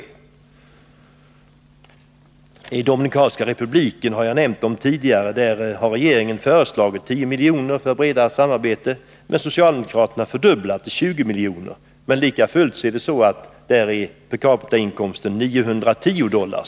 Beträffande Dominikanska republiken har regeringen, som jag tidigare nämnt, föreslagit 10 milj.kr. för ett bredare samarbete, men socialdemokraterna fördubblar till 20 milj.kr., trots att per capita-inkomsten där är 910 dollar.